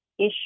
issue